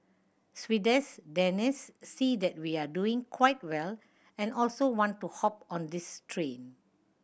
Swedes Danes see that we are doing quite well and also want to hop on this train